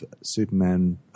Superman